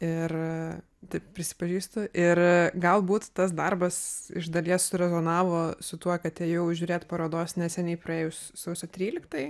ir taip prisipažįstu ir galbūt tas darbas iš dalies surezonavo su tuo kad ėjau žiūrėt parodos neseniai praėjus sausio tryliktajai